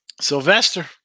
Sylvester